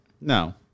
No